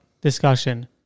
discussion